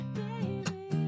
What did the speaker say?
baby